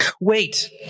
wait